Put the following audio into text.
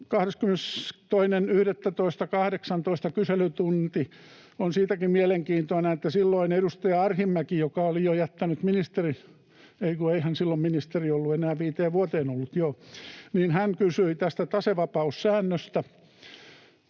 22.11.18 on siitäkin mielenkiintoinen, että silloin edustaja Arhinmäki, joka oli jo jättänyt ministerin... Ei, kun joo, ei hän silloin ministeri ollut enää 5 vuoteen ollut. Hän kysyi tästä tasevapaussäännöstä,